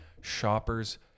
Shoppers